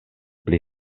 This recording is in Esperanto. pli